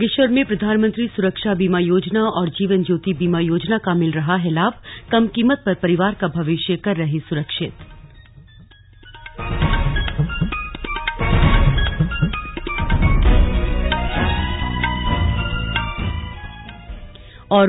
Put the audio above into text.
बागेश्वर में प्रधानमंत्री सुरक्षा बीमा योजना और जीवन ज्योति बीमा योजना का मिल रहा है लाभकम कीमत पर परिवार का भविष्य कर रहे सुरक्षित